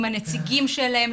עם הנציגים שלהם,